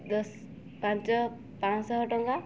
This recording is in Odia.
ଦଶ ପାଞ୍ଚ ପାଞ୍ଚ ଶହ ଟଙ୍କା